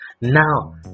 Now